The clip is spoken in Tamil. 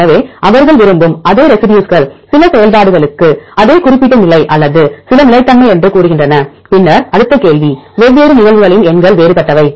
எனவே அவர்கள் விரும்பும் அதே ரெசி டியூஸ்கள் சில செயல்பாடுகளுக்கு அதே குறிப்பிட்ட நிலை அல்லது சில நிலைத்தன்மை என்று கூறுகின்றன பின்னர் அடுத்த கேள்வி வெவ்வேறு நிகழ்வுகளின் எண்கள் வேறுபட்டவை